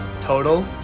Total